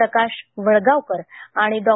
प्रकाश वडगावकर आणि डॉ